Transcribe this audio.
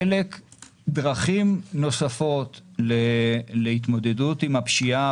חלק או דרכים נוספות להתמודדות עם הפשיעה